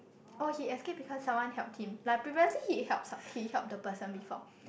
oh he escape because someone help him like previously he help he help the person before